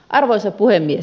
arvoisa puhemies